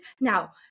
now